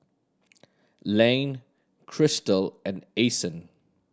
Layne Crystal and Ason